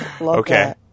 Okay